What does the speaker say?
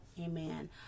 Amen